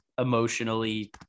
emotionally